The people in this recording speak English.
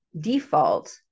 default